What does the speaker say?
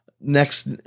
next